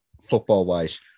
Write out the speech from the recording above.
football-wise